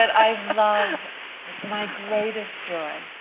i love my greatest joy,